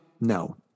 No